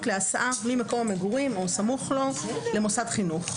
להסעה ממקום המגורים או סמוך לו למוסד חינוך.